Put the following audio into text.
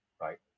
right